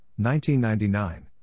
1999